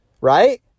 Right